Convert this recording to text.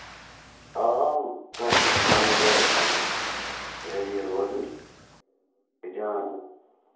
آ تۄہہِ تہِ چھُ پَنٕنہِ جایہِ اَتہِ ریڈی روزُن تہٕ جان گوٚو